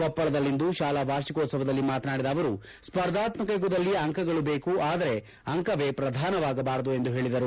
ಕೊಪ್ಪಳದಲ್ಲಿಂದು ಶಾಲಾ ವಾರ್ಷಿಕೋತ್ಪವದಲ್ಲಿ ಮಾತನಾಡಿದ ಅವರು ಸ್ವರ್ಧಾತ್ಮಕ ಯುಗದಲ್ಲಿ ಅಂಕಗಳು ಬೇಕು ಆದರೆ ಅಂಕವೇ ಪ್ರಧಾನವಾಗಬಾರದು ಎಂದು ಹೇಳಿದರು